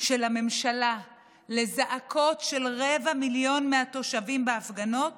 של הממשלה לזעקות של רבע מיליון מהתושבים בהפגנות